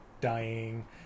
dying